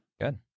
Good